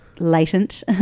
latent